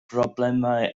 broblemau